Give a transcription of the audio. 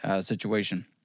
situation